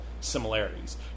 similarities